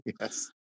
yes